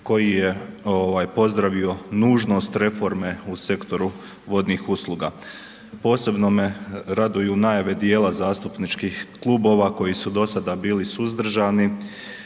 koji je pozdravio nužnost reforme u sektoru vodnih usluga. Posebno me raduju najave dijela zastupničkih klubova koji su do sada bili suzdržani,